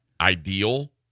ideal